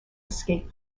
escape